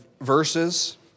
verses